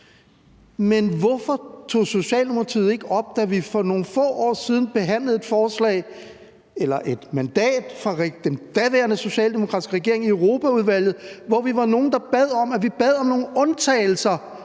Men hvorfor tog Socialdemokratiet det ikke op, da vi for nogle få år siden behandlede et mandat til den daværende socialdemokratiske regering i Europaudvalget, hvor vi var nogle, der bad om, at vi skulle bede om nogle undtagelser